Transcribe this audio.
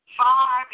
far